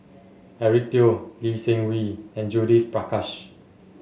Eric Teo Lee Seng Wee and Judith Prakash